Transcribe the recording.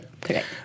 correct